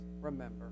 remember